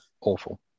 Awful